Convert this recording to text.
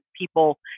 people